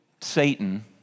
Satan